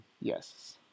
Yes